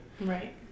right